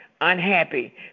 unhappy